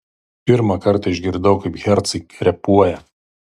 pirmą kartą išgirdau kaip hercai repuoja